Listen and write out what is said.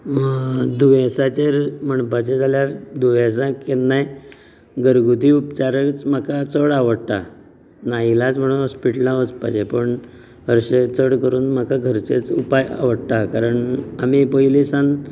दुयेंसाचेर म्हणपाचे जाल्यार दुयेंसां केन्नाय घरगुती उपचारच म्हाका चड आवडटा नाइलाज म्हण हॉस्पिटलांत वचपाचे पूण हरशें चड करून म्हाका घरचेंच उपाय आवडटा कारण आमी पयली सान